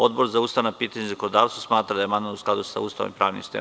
Odbor za ustavna pitanja i zakonodavstvo smatra da je amandman u skladu sa Ustavom i pravnim sistemom.